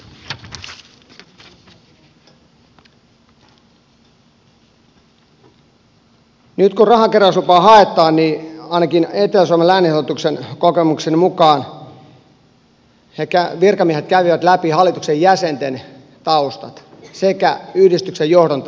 nyt kun rahankeräyslupaa haetaan niin kokemukseni mukaan ainakin etelä suomen lääninhallituksen virkamiehet kävivät läpi hallituksen jäsenten taustat sekä yhdistyksen johdon taustat